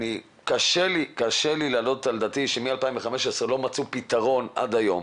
קשה לי להעלות על דעתי שמ-2015 לא מצאו פתרון עד היום.